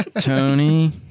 Tony